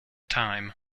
time